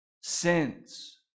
sins